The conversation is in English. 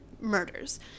murders